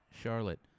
Charlotte